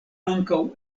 ankaŭ